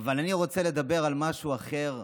אבל אני רוצה לדבר על משהו אחר.